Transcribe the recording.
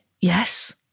Yes